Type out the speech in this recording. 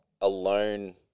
alone